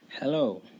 hello